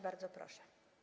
Bardzo proszę.